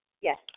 Yes